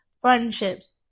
friendships